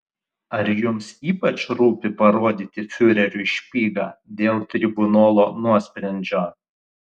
ar jums ypač rūpi parodyti fiureriui špygą dėl tribunolo nuosprendžio